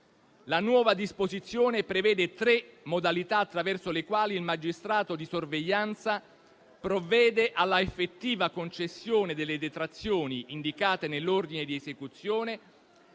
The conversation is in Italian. La nuova disposizione prevede tre modalità attraverso le quali il magistrato di sorveglianza provvede all'effettiva concessione delle detrazioni indicate nell'ordine di esecuzione,